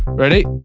ready.